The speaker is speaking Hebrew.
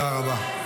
תודה רבה.